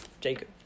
Jacob